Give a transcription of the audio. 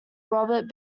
robert